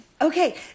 okay